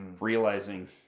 realizing